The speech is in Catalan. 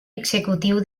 executiu